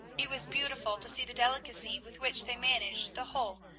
it was beautiful to see the delicacy with which they managed the whole,